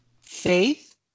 faith